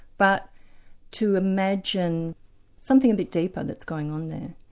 but to imagine something a bit deeper that's going on there.